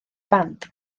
band